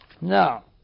Now